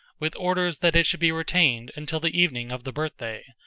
with orders that it should be retained until the evening of the birth-day,